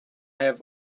have